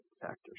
factors